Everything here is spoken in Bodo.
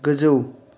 गोजौ